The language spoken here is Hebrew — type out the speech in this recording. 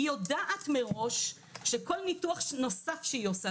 היא יודעת מראש שכל ניתוח נוסף שהיא עושה,